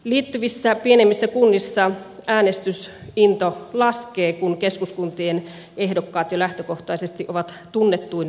liittyvissä pienemmissä kunnissa äänestysinto laskee kun keskuskuntien ehdokkaat jo lähtökohtaisesti ovat tunnettuina vahvoilla